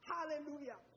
Hallelujah